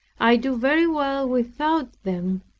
i do very well without them,